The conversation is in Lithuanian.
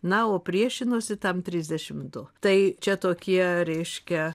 na o priešinosi tam trisdešim du tai čia tokie reiškia